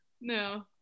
no